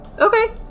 okay